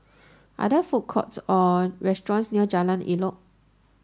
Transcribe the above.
are there food courts or restaurants near Jalan Elok